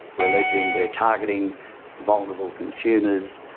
we're alleging they're targeting vulnerable consumers,